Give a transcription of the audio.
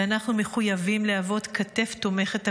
ואנחנו מחויבים להיות כתף תומכת בעבורם,